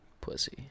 Pussy